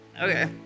okay